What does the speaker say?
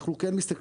אנחנו כן מסתכלים,